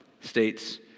states